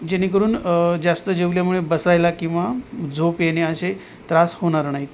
जेणेकरून जास्त जेवल्यामुळे बसायला किंवा झोप येणे असे त्रास होणार नाहीत